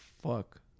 fuck